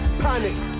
panic